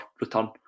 return